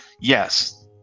yes